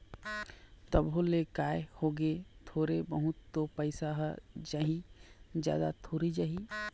तभो ले काय होगे थोरे बहुत तो पइसा ह जाही जादा थोरी जाही